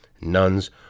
nuns